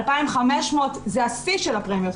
2,500 זה השיא של הפרמיות,